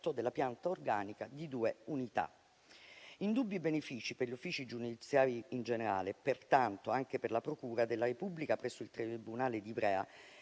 della pianta organica di due unità. Indubbi benefici per gli uffici giudiziari in generale, pertanto anche per la procura della Repubblica presso il tribunale di Ivrea